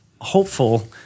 hopeful